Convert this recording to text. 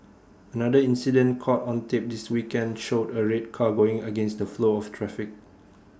another incident caught on tape this weekend showed A red car going against the flow of traffic